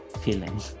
feeling